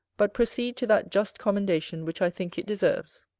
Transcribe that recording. but proceed to that just commendation which i think it deserves.